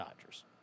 Dodgers